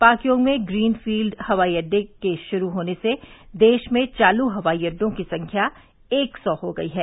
पाकयोग में ग्रीनफील्ड हवाई अड्डे के शुरू होने से देश में चालू हवाई अड्डों की संख्या एक सौ हो गई है